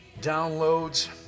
downloads